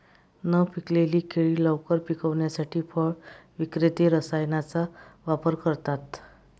न पिकलेली केळी लवकर पिकवण्यासाठी फळ विक्रेते रसायनांचा वापर करतात